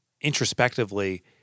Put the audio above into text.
introspectively